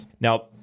Now